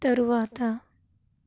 తరువాత